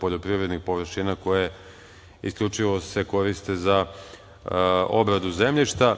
poljoprivrednih površina koje isključivo se koriste za obradu zemljišta.